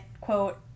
quote